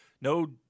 no